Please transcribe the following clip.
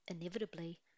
Inevitably